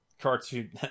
Cartoon